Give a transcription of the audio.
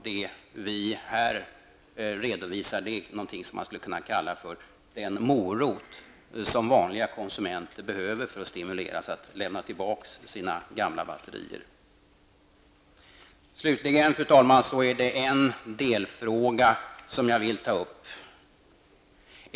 Det vi här redovisar är något som man skulle kunna kalla en morot som vanliga konsumenter behöver för att stimuleras att lämna tillbaka sina gamla batterier. Fru talman! Jag vill ta upp ytterligare en delfråga.